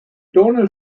tonal